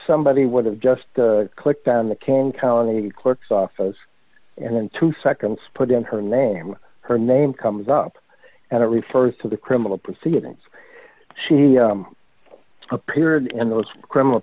somebody would have just clicked on the can county clerk's office and in two seconds put in her name her name comes up and it refers to the criminal proceedings she appeared in those criminal